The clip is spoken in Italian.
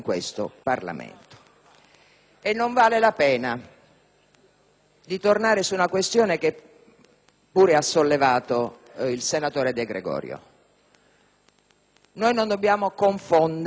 E non vale la pena di tornare su una questione che pure ha sollevato il senatore De Gregorio. Non dobbiamo confondere i due piani: